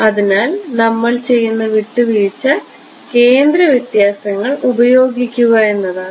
അതിനാൽ നമ്മൾ ചെയ്യുന്ന വിട്ടുവീഴ്ച കേന്ദ്ര വ്യത്യാസങ്ങൾ ഉപയോഗിക്കുക എന്നതാണ്